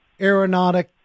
Aeronautic